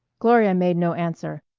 gloria made no answer,